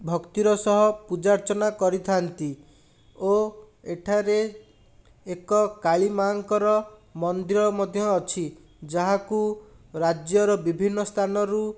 ଭକ୍ତିର ସହ ପୂଜା ଅର୍ଚ୍ଚନା କରିଥାନ୍ତି ଓ ଏଠାରେ ଏକ କାଳୀମାଙ୍କର ମନ୍ଦିର ମଧ୍ୟ ଅଛି ଯାହାକୁ ରାଜ୍ୟର ବିଭିନ୍ନ ସ୍ଥାନରୁ